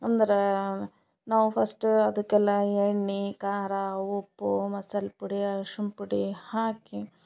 ಅಂದ್ರೆ ನಾವು ಫಸ್ಟ್ ಅದಕ್ಕೆಲ್ಲ ಎಣ್ಣೆ ಖಾರ ಉಪ್ಪು ಮಸಾಲೆ ಪುಡಿ ಅರ್ಶಿನ ಪುಡಿ ಹಾಕಿ